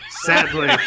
Sadly